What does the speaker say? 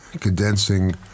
condensing